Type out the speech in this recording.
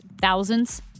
thousands